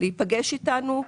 להיפגש איתנו,